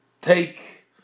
take